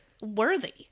worthy